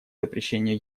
запрещению